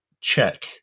check